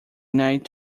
night